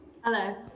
Hello